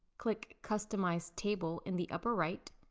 click customize table in the upper right.